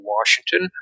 Washington